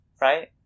right